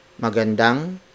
Magandang